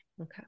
Okay